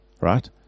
Right